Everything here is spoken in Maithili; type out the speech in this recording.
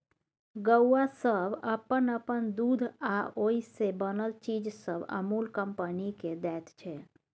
गौआँ सब अप्पन अप्पन दूध आ ओइ से बनल चीज सब अमूल कंपनी केँ दैत छै